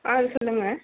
ஆ சொல்லுங்கள்